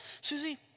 Susie